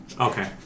Okay